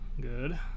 good